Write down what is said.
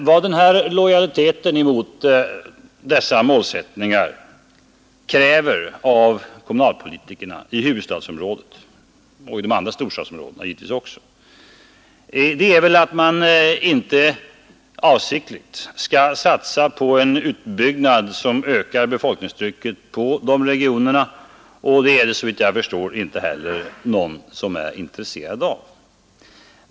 Vad den lojaliteten mot dessa målsättningar kräver av kommunalpolitikerna i huvudstadsområdet — och givetvis även i de andra storstadsområdena — är väl att man inte avsiktligt skall satsa på en utbyggnad som ökar befolkningstrycket på dessa regioner. Det är det, såvitt jag förstår, inte heller någon som är intresserad av.